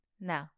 No